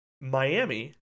Miami